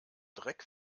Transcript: dreck